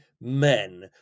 men